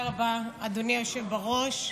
תודה רבה, אדוני היושב בראש.